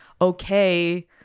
okay